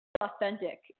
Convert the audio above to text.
authentic